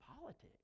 politics